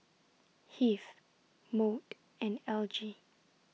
Heath Maude and Elgie